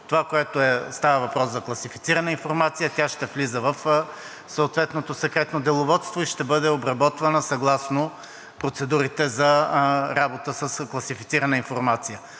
Когато става въпрос за класифицирана информация, тя ще влиза в съответното Секретно деловодство и ще бъде обработвана съгласно процедурите за работа с класифицирана информация.